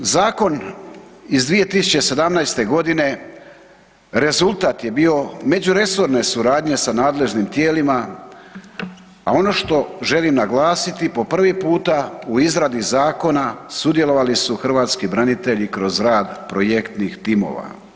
Zakon iz 2017.g. rezultat je bio međuresorne suradnje sa nadležnim tijelima, a ono što želim naglasiti, po prvi puta u izradi zakona sudjelovali su hrvatski branitelji kroz rad projektnih timova.